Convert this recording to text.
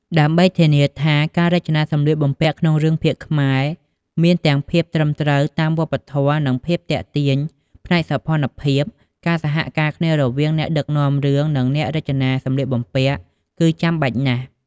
ដើម្បីធានាថាការរចនាសម្លៀកបំពាក់ក្នុងរឿងភាគខ្មែរមានទាំងភាពត្រឹមត្រូវតាមវប្បធម៌ និងភាពទាក់ទាញផ្នែកសោភ័ណភាព ការសហការគ្នារវាងអ្នកដឹកនាំរឿងនឹងអ្នករចនាសម្លៀកបំពាក់គឺចាំបាច់ណាស់ ។